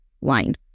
line